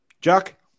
Jack